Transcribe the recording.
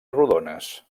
rodones